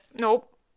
Nope